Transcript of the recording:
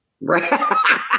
Right